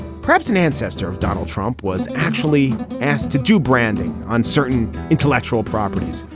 perhaps an ancestor of donald trump was actually asked to do branding on certain intellectual properties.